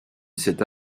cette